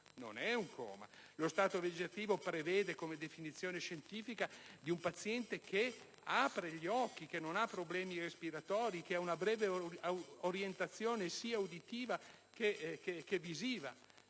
non è un coma. Lo stato vegetativo prevede, come definizione scientifica, un paziente che apre gli occhi, che non ha problemi respiratori e che ha una breve orientazione, sia uditiva che visiva.